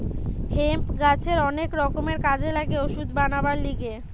hemp গাছের অনেক রকমের কাজে লাগে ওষুধ বানাবার লিগে